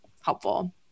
helpful